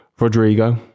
Rodrigo